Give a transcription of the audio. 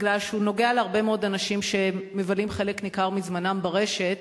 כי הוא נוגע להרבה מאוד אנשים שמבלים חלק ניכר מזמנם ברשת,